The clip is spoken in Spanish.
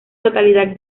totalidad